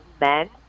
men